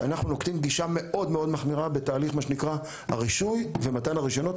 שאנחנו נוקטים בגישה מאוד מחמירה בתהליך הרישוי ומתן הרישיונות,